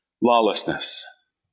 lawlessness